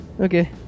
Okay